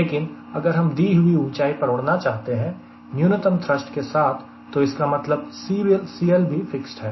लेकिन अगर हम दी हुई ऊंचाई पर उड़ना चाहते हैं न्यूनतम थ्रष्ट के साथ तो इसका मतलब CL भी फिक्स्ड है